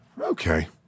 Okay